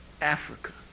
Africa